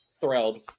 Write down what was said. thrilled